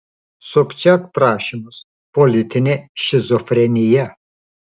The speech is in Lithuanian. sobčiak prašymas politinė šizofrenija